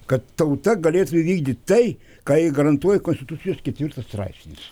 kad tauta galėtų įvykdyt tai ką jai garantuoja konstitucijos ketvirtas straipsis